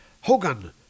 Hogan